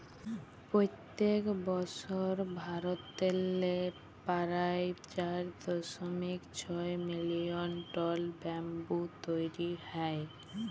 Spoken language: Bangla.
পইত্তেক বসর ভারতেল্লে পারায় চার দশমিক ছয় মিলিয়ল টল ব্যাম্বু তৈরি হ্যয়